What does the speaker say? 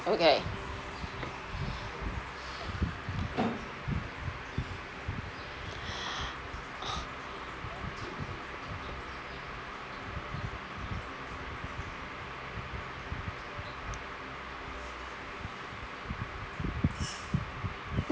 okay